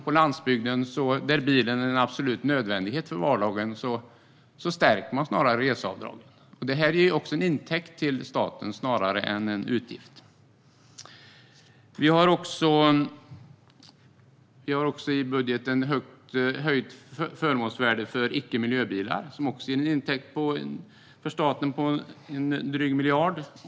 På landsbygden, där bilen är en absolut nödvändighet för vardagen, stärks i stället reseavdraget. Det blir också en intäkt till staten snarare än en utgift. Vi har även höjt förmånsvärdet för icke miljöbilar, vilket blir en intäkt till staten på en dryg miljard.